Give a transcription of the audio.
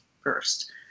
first